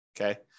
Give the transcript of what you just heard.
Okay